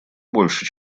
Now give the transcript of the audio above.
больше